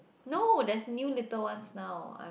no there's new little ones now